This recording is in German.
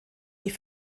die